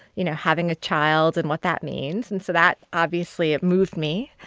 you know, having a child and what that means. and so that obviously moved me.